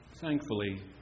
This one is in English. Thankfully